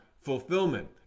fulfillment